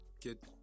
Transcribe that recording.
get